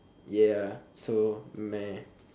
ya so meh